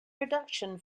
reduction